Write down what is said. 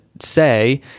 say